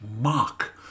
mock